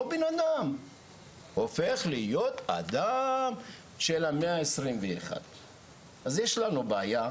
אותו בן אדם הופך להיות אדם של המאה 21. אז יש לנו בעיה,